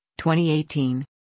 2018